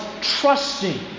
trusting